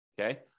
Okay